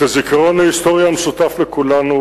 את הזיכרון ההיסטורי המשותף לכולנו